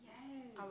Yes